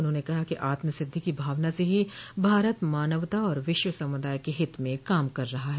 उन्होंने कहा कि आत्म सिद्धि की भावना से ही भारत मानवता और विश्व समूदाय के हित में काम कर रहा है